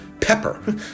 pepper